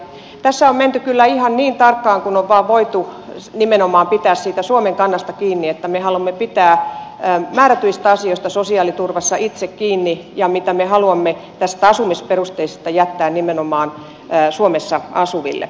tässä on menty kyllä ihan niin tarkkaan kuin on vain voitu nimenomaan pitää siitä suomen kannasta kiinni siinä että me haluamme pitää määrätyistä asioista sosiaaliturvassa itse kiinni ja siinä mitä me haluamme tästä asumisperusteisesta turvasta jättää nimenomaan suomessa asuville